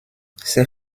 ses